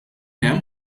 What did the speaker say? hemm